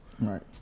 Right